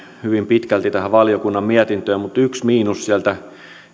hyvin pitkälti tähän valiokunnan mietintöön mutta yksi miinus sieltä